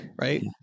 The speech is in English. right